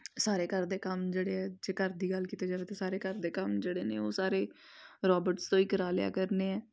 ਸਾਰੇ ਘਰ ਦੇ ਕੰਮ ਜਿਹੜੇ ਹੈ ਜੇ ਘਰ ਦੀ ਗੱਲ ਕੀਤੀ ਜਾਵੇ ਤਾਂ ਸਾਰੇ ਘਰ ਦੇ ਕੰਮ ਜਿਹੜੇ ਨੇ ਉਹ ਸਾਰੇ ਰੋਬਟਸ ਤੋਂ ਹੀ ਕਰਵਾ ਲਿਆ ਕਰਨੇ ਹੈ